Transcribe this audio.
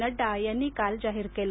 नड्डा यांनी काल जाहीर केले